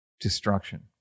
destruction